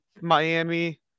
Miami